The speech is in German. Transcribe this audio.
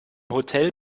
hotel